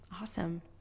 Awesome